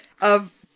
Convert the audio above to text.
of-